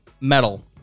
metal